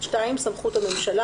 סמכות הממשלה